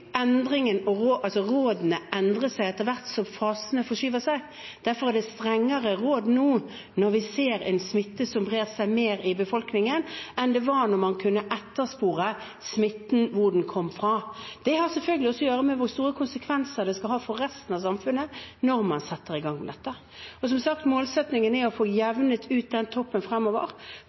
rådene endre seg etter hvert som fasene forskyver seg. Derfor er det strengere råd nå når vi ser en smitte som brer seg mer i befolkningen, enn det var da man kunne etterspore hvor smitten kom fra. Det har selvfølgelig også å gjøre med hvor store konsekvenser det skal ha for resten av samfunnet når man setter i gang dette. Men som sagt: Målsettingen er å få jevnet ut toppen fremover.